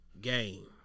game